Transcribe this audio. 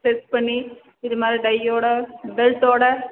stitch பண்ணி இது மாதிரி டையோட பெல்ட்டோடு